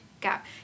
gap